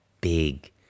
big